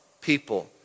people